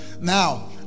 now